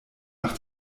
nach